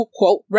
quote